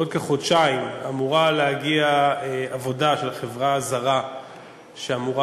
בעוד כחודשיים אמורה להגיע חברה זרה שאמורה